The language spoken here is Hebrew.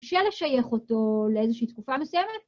קשה לשייך אותו לאיזושהי תקופה מסוימת.